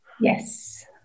Yes